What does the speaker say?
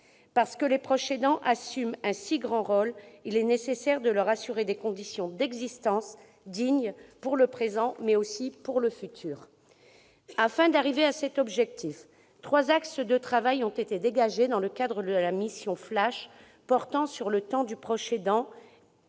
Parce que les proches aidants assument un si grand rôle, il est nécessaire de leur assurer des conditions d'existence dignes, pour le présent, mais aussi pour le futur. Afin d'arriver à cet objectif, trois axes de travail ont été dégagés dans le cadre de la « mission flash »: le temps du proche aidant